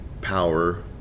power